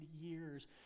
years